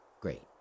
great